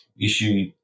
issue